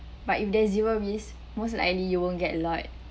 but if there's zero risk most likely you won't get a lot